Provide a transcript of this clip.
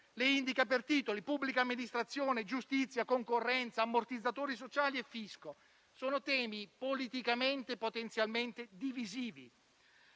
le indica per titoli: pubblica amministrazione, giustizia, concorrenza, ammortizzatori sociali e fisco. Sono temi politicamente potenzialmente divisibili.